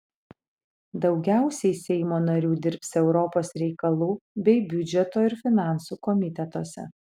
daugiausiai seimo narių dirbs europos reikalų bei biudžeto ir finansų komitetuose